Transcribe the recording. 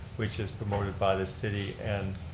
which is promoted by the city and